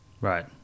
right